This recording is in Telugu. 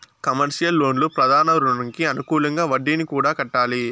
కమర్షియల్ లోన్లు ప్రధాన రుణంకి అనుకూలంగా వడ్డీని కూడా కట్టాలి